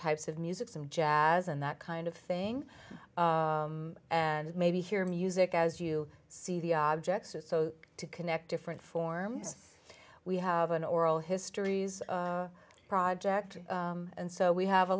types of music some jazz and that kind of thing and maybe hear music as you see the objects so to connect different forms we have an oral histories project and so we have a